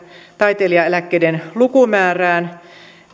taiteilijaeläkkeiden lukumäärään